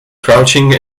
crouching